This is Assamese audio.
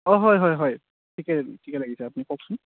অঁ হয় হয় হয় ঠিকেই ঠিকেই লাগিছে আপুনি কওকচোন